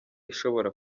ishobora